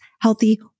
healthy